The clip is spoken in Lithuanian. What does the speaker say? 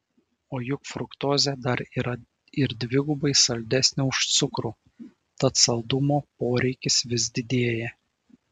o juk fruktozė dar yra ir dvigubai saldesnė už cukrų tad saldumo poreikis vis didėja